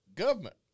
government